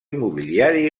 mobiliari